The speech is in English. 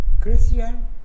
Christian